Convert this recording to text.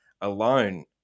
alone